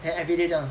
then everyday 这样